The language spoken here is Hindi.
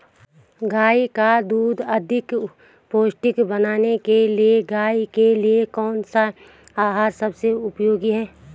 गाय का दूध अधिक पौष्टिक बनाने के लिए गाय के लिए कौन सा आहार सबसे उपयोगी है?